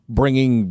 bringing